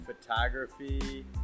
photography